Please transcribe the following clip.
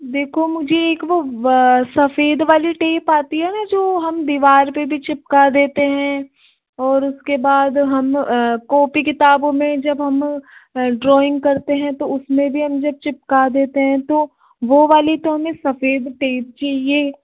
देखो मुझे एक वह सफेद वाली टेप आती है न जो हम दीवार पर भी चिपका देते हैं और उसके बाद हम कॉपी किताबों में जब हम ड्रॉइंग करते है तो उसमें भी हम जब चिपका देते हैं तो वह वाली तो हमें सफेद टेप चाहिए